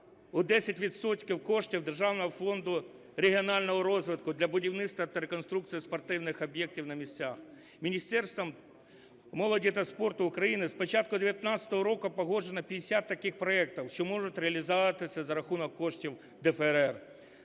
коштів Державного фонду регіонального розвитку для будівництва та реконструкції спортивних об'єктів на місцях. Міністерством молоді та спорту України спочатку 19-го року погоджено 50 таких проектів, що можуть реалізувати за рахунок коштів ДФРР.